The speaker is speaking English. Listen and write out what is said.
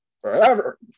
forever